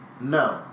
No